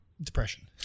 Depression